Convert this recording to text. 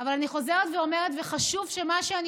אבל אני חוזרת ואומרת וחשוב שמה שאני